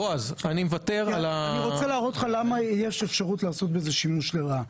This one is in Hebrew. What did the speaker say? אני רוצה להראות לך למה יש אפשרות לעשות בזה שימוש לרעה.